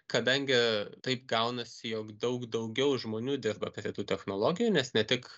kadangi taip gaunasi jog daug daugiau žmonių dirba prie tų technologijų nes ne tik